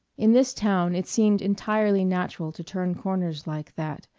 in this town it seemed entirely natural to turn corners like that,